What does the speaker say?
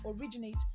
originate